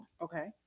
Okay